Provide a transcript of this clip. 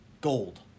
gold